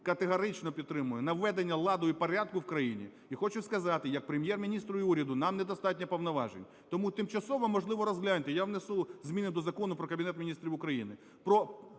категорично підтримую наведення ладу і порядку в країні і хочу сказати - як Прем’єр-міністру і уряду нам недостатньо повноважень. Тому тимчасово, можливо, розгляньте, я внесу зміни до Закону "Про Кабінет Міністрів України",